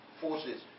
forces